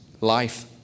life